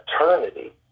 eternity